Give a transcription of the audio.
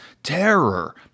terror